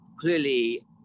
clearly